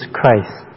Christ